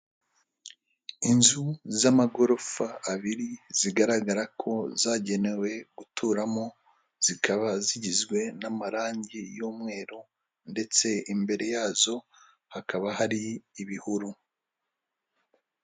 Inzu z'amagorofa abiri, zigaragara ko zagenewe guturamo, zikaba zigizwe n'amarangi y'umweru, ndetse imbere yazo hakaba hari ibihuru.